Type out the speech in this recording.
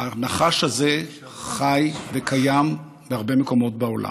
הנחש הזה חי וקיים בהרבה מקומות בעולם,